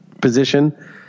position